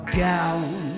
gown